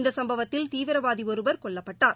இந்த சம்பவத்தில் தீவிரவாதி ஒருவர் கொல்லப்பட்டார்